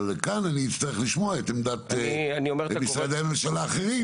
אבל כאן אצטרך לשמוע את עמדת משרדי הממשלה האחרים